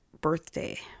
birthday